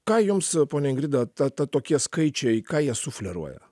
ką jums ponia ingrida ta tokie skaičiai ką jie sufleruoja